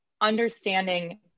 understanding